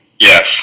Yes